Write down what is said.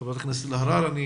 הגעת באיחור אבל אני